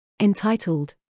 Entitled